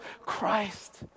Christ